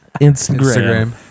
Instagram